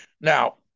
Now